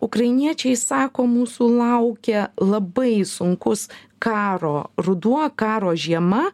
ukrainiečiai sako mūsų laukia labai sunkus karo ruduo karo žiema